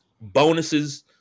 bonuses